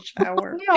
shower